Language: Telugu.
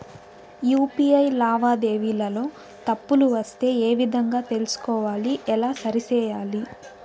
యు.పి.ఐ లావాదేవీలలో తప్పులు వస్తే ఏ విధంగా తెలుసుకోవాలి? ఎలా సరిసేయాలి?